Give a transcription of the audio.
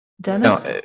Dennis